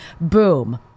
boom